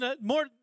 more